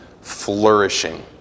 flourishing